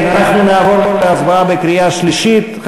אנחנו מצביעים על כל הסתייגות בנפרד,